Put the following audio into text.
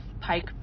pike